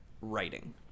writing